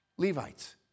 Levites